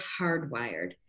hardwired